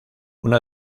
una